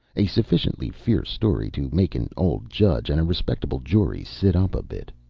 a sufficiently fierce story to make an old judge and a respectable jury sit up a bit.